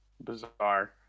bizarre